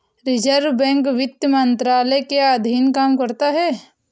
reserve bank वित्त मंत्रालय के अधीन काम करता है